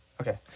Okay